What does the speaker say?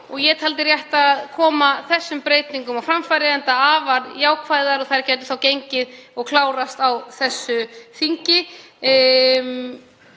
Ég taldi rétt að koma þessum breytingum á framfæri enda afar jákvæðar og að þær gætu þá klárast á þessu þingi.